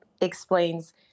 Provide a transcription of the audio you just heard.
explains